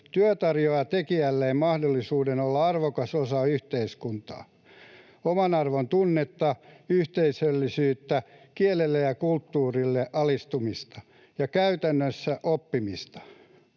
Työ tarjoaa tekijälleen mahdollisuuden olla arvokas osa yhteiskuntaa, omanarvontunnetta, yhteisöllisyyttä, kielelle ja kulttuurille altistumista ja käytännössä oppimista.